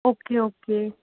okay okay